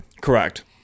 Correct